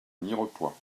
mirepoix